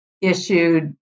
issued